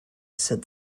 said